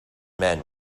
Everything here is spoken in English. men